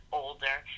older